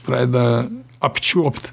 pradeda apčiuopt